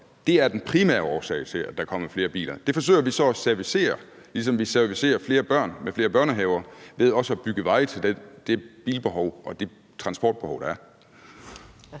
Det er den primære årsag til, at der er kommet flere biler. Det forsøger vi så at servicere, ligesom vi servicerer flere børn med flere børnehaver, ved også at bygge veje til det bilbehov og det transportbehov, der er.